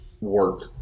work